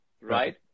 Right